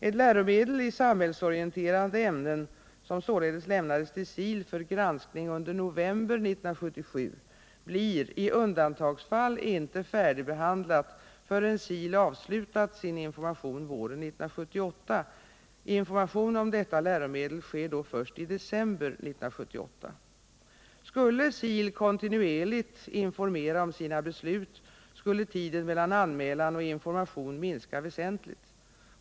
Ett läromedel i samhällsorienterande ämnen som således lämnades till SIL för granskning under november 1977 blir — i undantagsfall — inte färdigbehandlat förrän SIL avslutat sin information våren 1978. Information om detta läromedel sker då först i december 1978. Skulle SIL kontinuerligt informera om sina beslut skulle tiden mellan anmälan och information minska väsentligt.